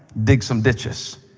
dig some ditches.